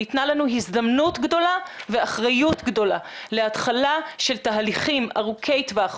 ניתנה לנו הזדמנות גדולה ואחריות גדולה להתחלה של תהליכים ארוכי טווח,